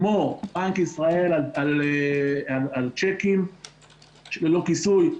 כמו בנק ישראל על צ'קים ללא כיסוי,